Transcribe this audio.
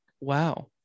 Wow